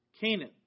Canaan